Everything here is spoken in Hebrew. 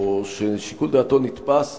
או ששיקול דעתו נתפס